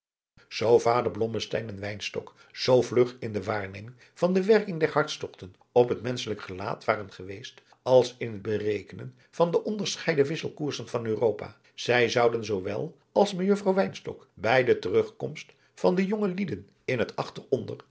wynstok zoo vlug in de waarneming van de werking der hartstogten op het menschelijk gelaat waren geweest als in het berekenen van de onderscheiden wisselkoersen van europa zij zouden zoowel als mejuffrouw wynstok bij de terugkomst van de jonge lieden in het